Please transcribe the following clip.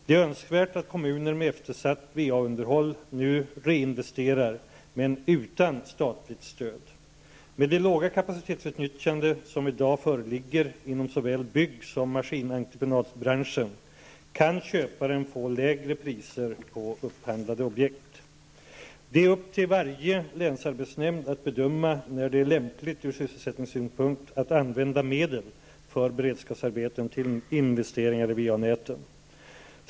Det är önskvärt att kommuner med eftersatt VA-underhåll nu reinvesterar men utan statligt stöd. Med det låga kapacitetsutnyttjande som i dag föreligger inom såväl bygg som maskinentreprenadsbranschen kan köparen få lägre priser på upphandlade objekt. Det är upp till varje länsarbetsnämnd att bedöma när det är lämpligt ur sysselsättningssynpunkt att använda medel för beredskapsarbeten till investeringar i VA-näten.